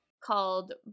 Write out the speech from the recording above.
called